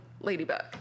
ladybug